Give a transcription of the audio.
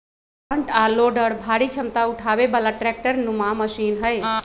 front आ loader भारी क्षमता उठाबे बला ट्रैक्टर नुमा मशीन हई